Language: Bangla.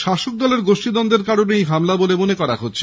শাসক দলের গোষ্ঠীদ্বন্দ্বের কারণে এই হামলা বলে মনে করা হচ্ছে